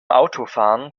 autofahren